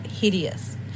hideous